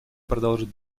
продолжить